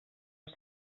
els